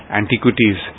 antiquities